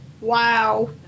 wow